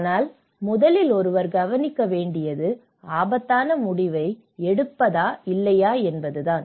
ஆனால் முதலில் ஒருவர் கவனிக்க வேண்டியது ஆபத்தான முடிவை எடுப்பதா இல்லையா என்பதுதான்